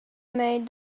made